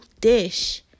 dish